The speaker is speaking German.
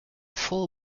frohe